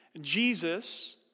Jesus